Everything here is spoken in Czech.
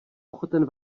ochoten